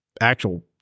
actual